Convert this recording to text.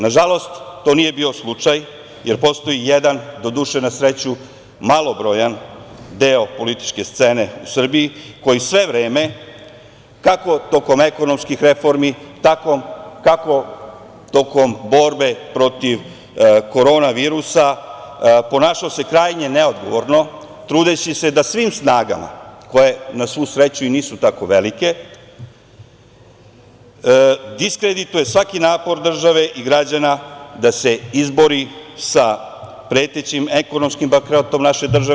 Nažalost, to nije bio slučaj, jer postoji jedan, doduše, na sreću, malobrojan deo političke scene u Srbiji koji se sve vreme, kako tokom ekonomskih reformi, tako i tokom borbe protiv korona virusa, ponašao krajnje neodgovorno trudeći se da svim snagama, koje na svu sreću i nisu tako velike, diskredituje svaki napor države i građana da se izbori sa pretećim ekonomskim bankrotom naše države.